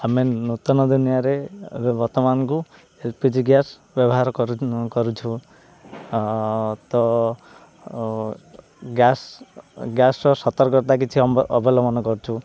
ଆମେ ନୂତନ ଦୁନିଆରେ ଏବେ ବର୍ତ୍ତମାନକୁ ଏଲ ପି ଜି ଗ୍ୟାସ୍ ବ୍ୟବହାର କରୁ କରୁଛୁ ତ ଗ୍ୟାସ୍ ଗ୍ୟାସ୍ର ସତର୍କତା କିଛି ଅବଲମ୍ବନ କରୁଛୁ